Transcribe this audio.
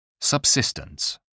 Subsistence